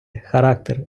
характер